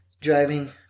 driving